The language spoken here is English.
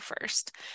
first